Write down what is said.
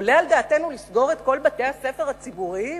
עולה על דעתנו לסגור את כל בתי-הספר הציבוריים